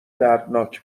دردناک